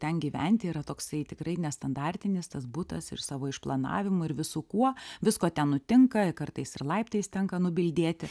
ten gyventi yra toksai tikrai nestandartinis tas butas ir savo išplanavimu ir visu kuo visko ten nutinka kartais ir laiptais tenka nubildėti